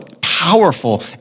powerful